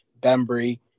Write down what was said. Bembry